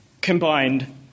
combined